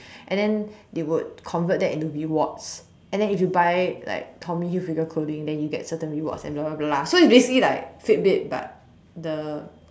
and then they would convert that into reward and then if you buy like Tommy Hilfiger clothing then you get certain rewards and blah blah blah so it's basically like fit bit but the